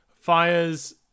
Fires